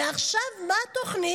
ועכשיו, מה התוכנית?